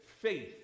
faith